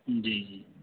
جی جی جی